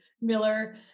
Miller